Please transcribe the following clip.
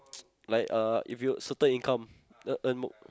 like uh if you certain income earn earn more